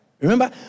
Remember